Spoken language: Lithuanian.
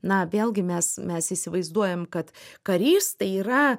na vėlgi mes mes įsivaizduojam kad karys tai yra